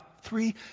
three